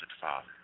Father